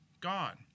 God